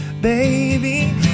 baby